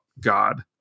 God